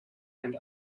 and